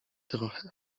trochę